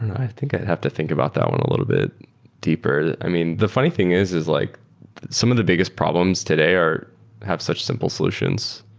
and i i think i have to think about that one a little bit deeper. i mean, the funny thing is, is like some of the biggest problems today have such simple solutions.